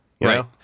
Right